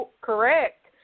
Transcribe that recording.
correct